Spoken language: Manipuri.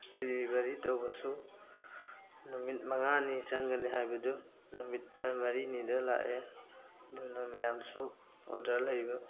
ꯗꯤꯂꯤꯕꯔꯤ ꯇꯧꯕꯁꯨ ꯅꯨꯃꯤꯠ ꯃꯉꯥꯅꯤ ꯆꯪꯒꯅꯤ ꯍꯥꯏꯕꯗꯨ ꯅꯨꯃꯤꯠ ꯃꯔꯤꯅꯤꯗ ꯂꯥꯛꯑꯦ ꯑꯗꯨꯅ ꯃꯌꯥꯝꯁꯨ ꯑꯣꯗꯔ ꯂꯩꯕ